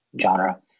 genre